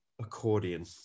accordion